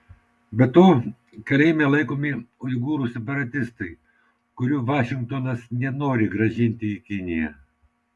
be to kalėjime laikomi uigūrų separatistai kurių vašingtonas nenori grąžinti į kiniją